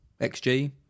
XG